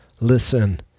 Listen